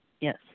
Yes